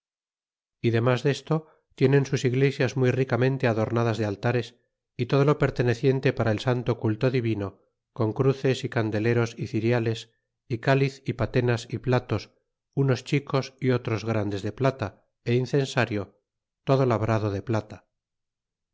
y demás desto tienen sus iglesias muy ricamente adornadas de altares y todo lo perteneciente para el santo culto divino con cruces y candeleros y ciriales y caliz y patenas y platos unos chicos y otros grandes de plata é incensario todo labrado de plata